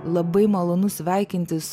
labai malonu sveikintis